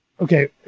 Okay